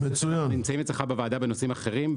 נמצאים אצלך בוועדה גם בנושאים אחרים,